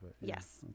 Yes